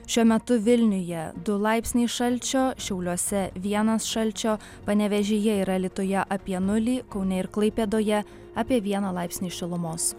šiuo metu vilniuje du laipsniai šalčio šiauliuose vienas šalčio panevėžyje ir alytuje apie nulį kaune ir klaipėdoje apie vieną laipsnį šilumos